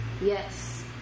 Yes